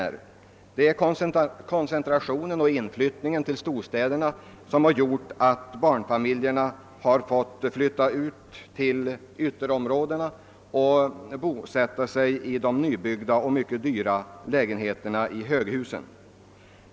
Det är koncentrationen av befolkningen genom inflyttningen till storstäderna som medfört att barnfamiljerna har måst flytta ut till ytterområdena kring städerna och bosätta sig i de nybyggda och mycket dyra lägenheterna i höghusen.